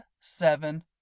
seven